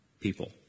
people